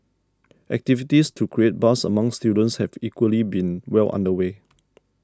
activities to create buzz among students have equally been well under way